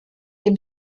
dem